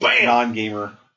non-gamer